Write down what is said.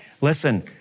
listen